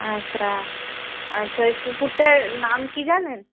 আচ্ছা আচ্ছা ওই কুকুরটার নাম কি জানেন